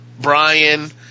Brian